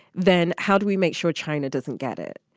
then how do we make sure china doesn't get it?